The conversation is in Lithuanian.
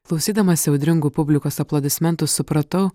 klausydamasi audringų publikos aplodismentų supratau